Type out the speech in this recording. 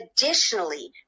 Additionally